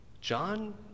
John